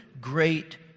great